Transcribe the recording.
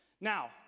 Now